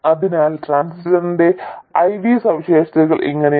അതിനാൽ ട്രാൻസിസ്റ്ററിന്റെ I V സവിശേഷതകൾ ഇങ്ങനെയാണ്